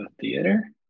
theater